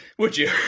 would you?